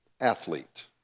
athlete